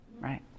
right